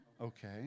okay